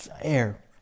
air